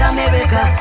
America